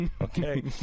okay